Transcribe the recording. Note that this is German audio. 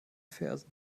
fersen